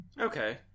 Okay